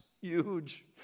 Huge